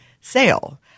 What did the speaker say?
sale